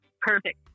perfect